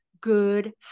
good